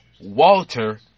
Walter